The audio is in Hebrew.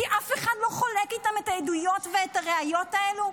כי אף אחד לא חולק איתם את העדויות ואת הראיות הללו.